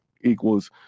equals